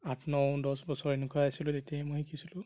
আঠ ন দহ বছৰ এনেকুৱা আছিলোঁ তেতিয়াই মই শিকিছিলোঁ